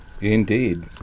Indeed